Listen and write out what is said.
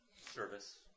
Service